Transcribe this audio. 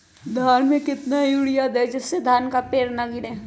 धान में कितना यूरिया दे जिससे धान का पेड़ ना गिरे?